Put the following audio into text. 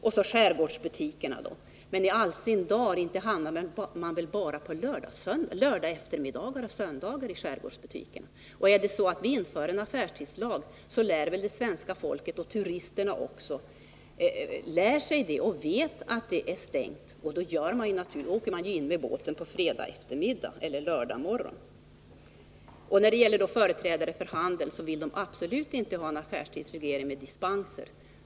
Och så några ord om skärgårdsbutikerna. Nog är det väl i all sin dar ändå så att man inte bara handlar på lördagseftermiddagar och på söndagar i skärgårdsbutikerna. Om vi inför en affärstidslag lär sig väl svenska folket inkl. turisterna detta och vet när butiken är stängd. Under sådana förhållanden åker man naturligtvis in med båten på fredag eftermiddag eller på lördag morgon. Företrädarna för handeln vill absolut inte ha en affärstidsreglering med dispenser.